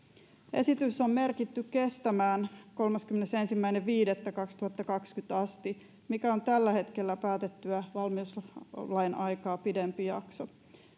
esitys on merkitty kestämään kolmaskymmenesensimmäinen viidettä kaksituhattakaksikymmentä asti mikä on tällä hetkellä päätettyä valmiuslain aikaa pidempi jakso